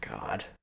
god